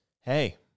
hey